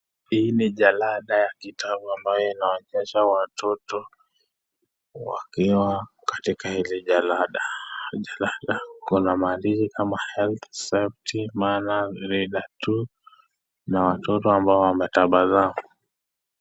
Hii ni jalada ya kitabu ambayo inaonesha watoto wakiwa katika hili jalada . Kwenye jalada kuna maandishi kama help , sefty maana gredi la 2 na watoto ambao wametabasamu.